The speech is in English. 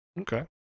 Okay